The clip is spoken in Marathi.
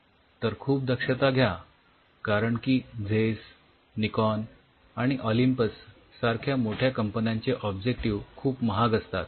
तर खूप दक्षता घ्या कारण की झेईस निकॉन आणि ऑलिम्पस सारख्या मोठ्या कंपन्यांचे ऑब्जेक्टिव्ह खूप महाग असतात